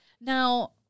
Now